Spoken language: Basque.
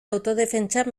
autodefentsa